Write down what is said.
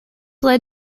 led